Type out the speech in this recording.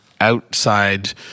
outside